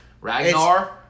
Ragnar